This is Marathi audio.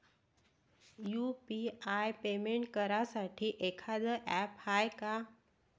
यू.पी.आय पेमेंट करासाठी एखांद ॲप हाय का?